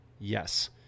Yes